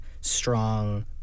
strong